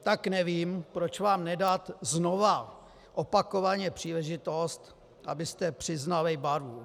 Tak nevím, proč vám nedat znova opakovaně příležitost, abyste přiznali barvu.